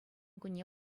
кунне